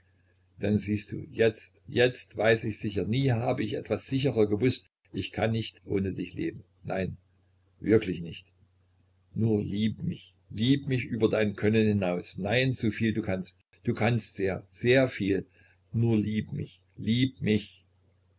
denn siehst du jetzt jetzt weiß ich sicher nie hab ich etwas sicherer gewußt ich kann nicht ohne dich leben nein wirklich nicht nur lieb mich lieb mich über dein können hinaus nein so viel du kannst du kannst sehr sehr viel nur lieb mich lieb mich